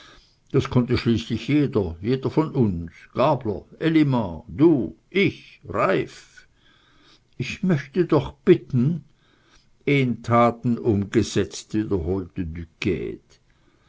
das konnte schließlich jeder jeder von uns gabler elimar du ich reiff ich möchte doch bitten in taten umgesetzt wiederholte